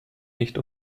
nicht